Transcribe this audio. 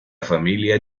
familia